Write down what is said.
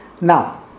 Now